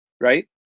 right